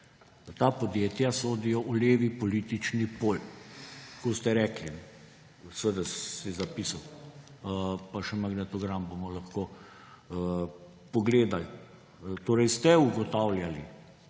»Ta podjetja sodijo v levi politični pol.« Tako ste rekli. Seveda sem si zapisal pa še magnetogram bomo lahko pogledali. Torej ste ugotavljali.